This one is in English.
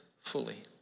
fully